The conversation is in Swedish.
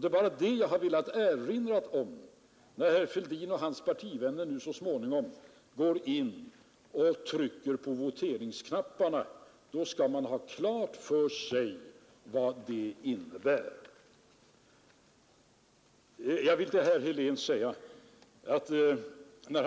Det är bara detta jag har velat erinra om; när herr Fälldin och hans partivänner så småningom går att trycka på voteringsknapparna skall de ha klart för sig vad det innebär. Herr Helén